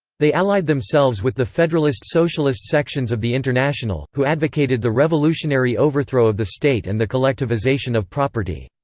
they allied themselves with the federalist socialist sections of the international, who advocated the revolutionary overthrow of the state and the collectivisation of property.